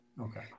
Okay